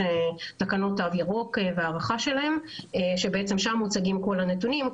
תקנות תו ירוק והארכה שלהן שבעצם שם מוצגים כל הנתונים,